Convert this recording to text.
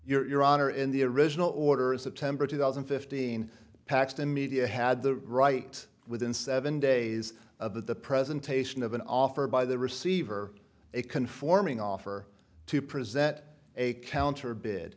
er your honor in the original orders of temper two thousand and fifteen paxton media had the right within seven days of the presentation of an offer by the receiver a conforming offer to present a counter bi